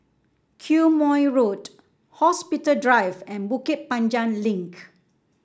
Quemoy Road Hospital Drive and Bukit Panjang Link